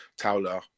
Towler